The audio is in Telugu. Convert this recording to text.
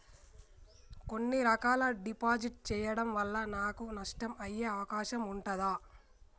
కొన్ని రకాల డిపాజిట్ చెయ్యడం వల్ల నాకు నష్టం అయ్యే అవకాశం ఉంటదా?